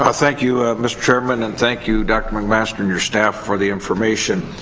ah thank you, mister chairman, and thank you, doctor mcmaster and your staff, for the information.